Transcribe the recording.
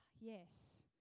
yes